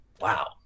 wow